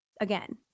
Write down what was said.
again